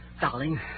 Darling